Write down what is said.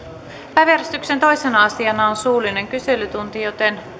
päiväjärjestyksen toisena asiana on suullinen kyselytunti joten